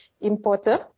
importer